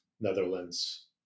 Netherlands